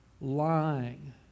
Lying